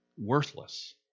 worthless